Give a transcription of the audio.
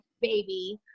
baby